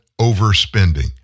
overspending